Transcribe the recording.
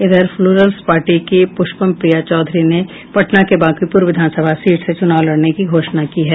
इधर Plurals party की पुष्पम प्रिया चौधरी ने पटना के बांकीपुर विधानसभा सीट से चुनाव लड़ने की घोषणा की है